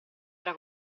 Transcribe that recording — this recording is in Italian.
era